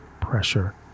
pressure